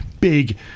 big